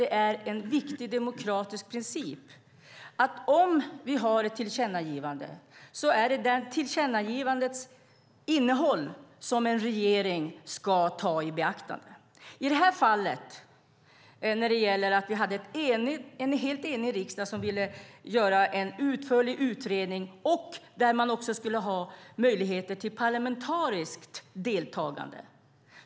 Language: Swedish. Det är en viktig demokratisk princip att regeringen ska ta ett tillkännagivandes innehåll i beaktande. I detta fall hade vi en enig riksdag som ville göra en utförlig utredning där man skulle ha möjlighet till parlamentariskt deltagande.